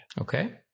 Okay